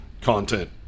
content